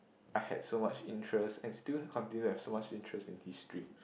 I had so much interest I still continue to have so much interest in history